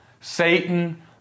Satan